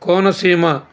Konaseema